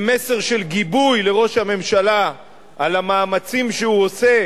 עם מסר של גיבוי לראש הממשלה על המאמצים שהוא עושה